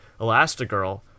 Elastigirl